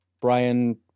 Brian